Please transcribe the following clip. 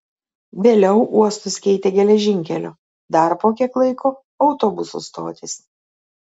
vėliau uostus keitė geležinkelio dar po kiek laiko autobusų stotys